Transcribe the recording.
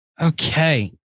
okay